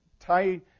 tie